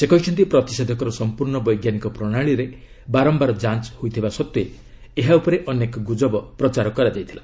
ସେ କହିଛନ୍ତି ପ୍ରତିଷେଧକର ସମ୍ପର୍ଣ୍ଣ ବୈଜ୍ଞାନିକ ପ୍ରଣାଳୀରେ ବାରମ୍ଭାର ଯାଞ୍ଚ ହୋଇଥିବା ସତ୍ତ୍ୱେ ଏହା ଉପରେ ଅନେକ ଗୁଜବ ପ୍ରଚାର କରାଯାଇଥିଲା